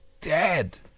dead